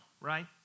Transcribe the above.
right